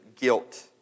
guilt